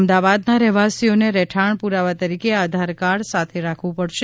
અમદાવાદના રહેવાસીઓને રહેઠાણ પુરાવા તરીકે આધાર કાર્ડ સાથે રાખવું પડશે